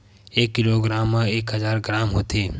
एक किलोग्राम मा एक हजार ग्राम होथे